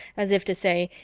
as if to say,